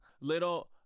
little